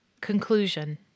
Conclusion